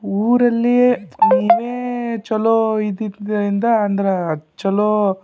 ಊರಲ್ಲಿ ನೀವೇ ಚಲೋ ಇದ್ದಿದ್ದರಿಂದ ಅಂದ್ರೆ ಚಲೋ